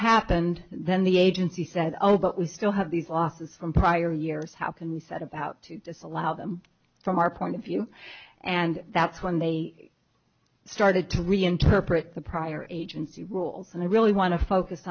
happened then the agency said oh but we still have these losses from prior years how can we set about to disallow them from our point of view and that's when they started to reinterpret the prior agency rules and they really want to focus